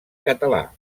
català